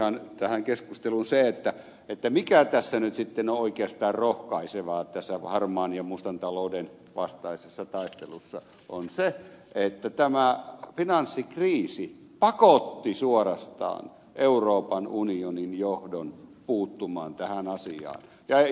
ihan tähän keskusteluun se että mikä nyt sitten on oikeastaan rohkaisevaa tässä harmaan ja mustan talouden vastaisessa taistelussa on se että tämä finanssikriisi pakotti suorastaan euroopan unionin johdon puuttumaan tähän asiaan